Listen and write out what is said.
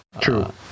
True